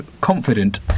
confident